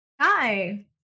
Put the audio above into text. Hi